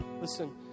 listen